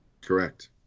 Correct